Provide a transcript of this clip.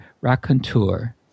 raconteur